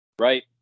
Right